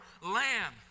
lamb